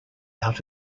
out